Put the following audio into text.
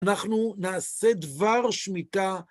אנחנו נעשה דבר שמיטה.